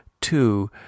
two